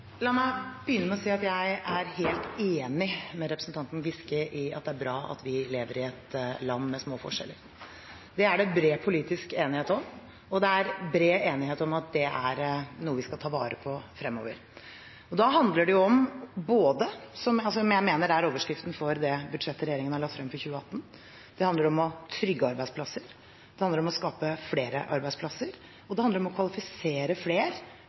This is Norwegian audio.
La meg begynne med å si at jeg er helt enig med representanten Giske i at det er bra at vi lever i et land med små forskjeller. Det er det bred politisk enighet om, og det er bred enighet om at det er noe vi skal ta vare på fremover. Det handler om det som jeg mener er overskriften på det budsjettet regjeringen har lagt frem for 2018. Det handler om å trygge arbeidsplasser, det handler om å skape flere arbeidsplasser, og det handler om å kvalifisere